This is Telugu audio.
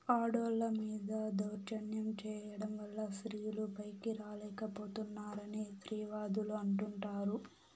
ఆడోళ్ళ మీద దౌర్జన్యం చేయడం వల్ల స్త్రీలు పైకి రాలేక పోతున్నారని స్త్రీవాదులు అంటుంటారు